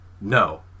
no